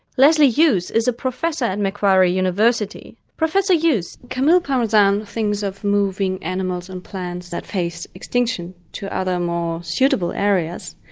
lesley hughes is a professor at macquarie university. professor hughes, camille parmesan thinks of moving animals and plants that face extinction to other more suitable areas.